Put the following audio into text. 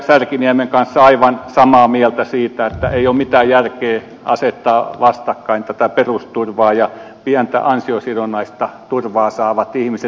särkiniemen kanssa aivan samaa mieltä siitä että ei ole mitään järkeä asettaa vastakkain tätä perusturvaa ja pientä ansiosidonnaista turvaa saavat ihmiset